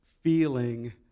feeling